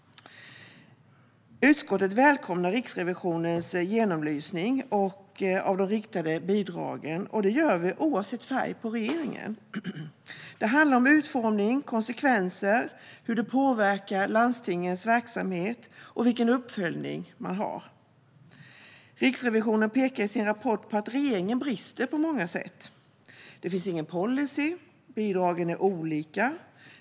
Utskottet välkomnar Riksrevisionens genomlysning av de riktade bidragen - det gör vi oavsett färg på regeringen. Det handlar om utformning, konsekvenser, hur det påverkar landstingens verksamhet och vilken uppföljning man har. Riksrevisionen pekar i sin rapport på att regeringen brister på många sätt. Det finns ingen policy. Bidragen är olika.